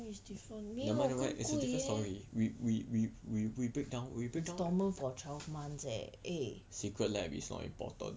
is different 没有更贵 leh instalment for twelve months leh eh